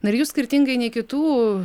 na ir jūs skirtingai nei kitų